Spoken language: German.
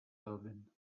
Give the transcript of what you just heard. alwin